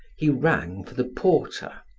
he rang for the porter,